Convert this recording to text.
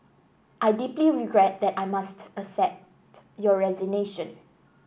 I deeply regret that I must accept your resignation